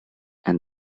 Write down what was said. and